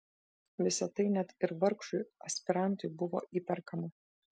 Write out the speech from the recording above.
visa tai net ir vargšui aspirantui buvo įperkama